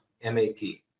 M-A-P